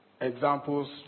examples